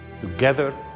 together